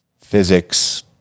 physics